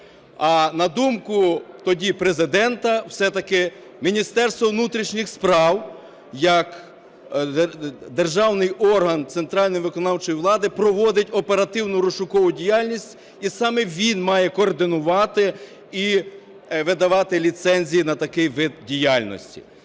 А, на думку тоді Президента, все-таки Міністерство внутрішніх справ як державний орган центральної виконавчої влади проводить оперативно-розшукову діяльність, і саме він має координувати і видавати ліцензії такий вид діяльності.